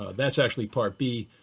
that's actually part b,